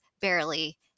barely